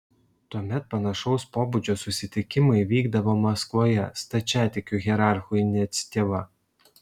tuomet panašaus pobūdžio susitikimai vykdavo maskvoje stačiatikių hierarchų iniciatyva